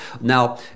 Now